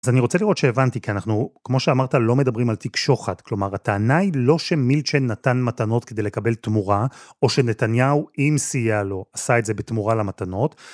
אז אני רוצה לראות שהבנתי כי אנחנו כמו שאמרת לא מדברים על תיק שוחד, כלומר הטענה היא לא שמילצ'ן נתן מתנות כדי לקבל תמורה או שנתניהו אם סייע לו, עשה את זה בתמורה למתנות.